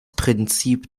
prinzip